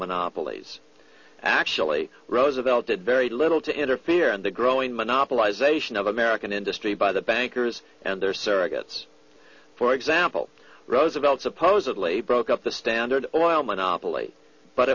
monopolies actually roosevelt did very little to interfere in the growing monopolization of american industry by the bankers and their surrogates for example roosevelt supposedly broke up the standard oil monopoly but